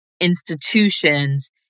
institutions